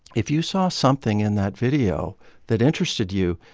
if you saw something in that video that interested you,